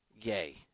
Yay